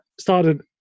started